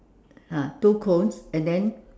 ah two cones and then